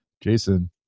Jason